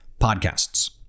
podcasts